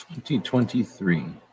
2023